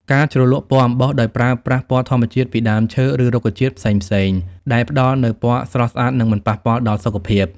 ការជ្រលក់ពណ៌អំបោះ ដោយប្រើប្រាស់ពណ៌ធម្មជាតិពីដើមឈើ ឬរុក្ខជាតិផ្សេងៗ ដែលផ្តល់នូវពណ៌ស្រស់ស្អាត និងមិនប៉ះពាល់ដល់សុខភាព។